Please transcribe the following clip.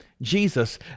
Jesus